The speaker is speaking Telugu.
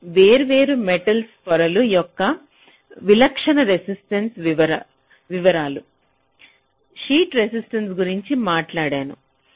ఇవి వేర్వేరు మెటల్ పొరల యొక్క విలక్షణ రెసిస్టెన్స విలువలు షీట్ రెసిస్టెన్స గురించి మాట్లాడాను